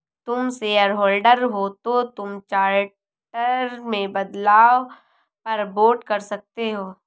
तुम शेयरहोल्डर हो तो तुम चार्टर में बदलाव पर वोट कर सकते हो